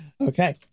Okay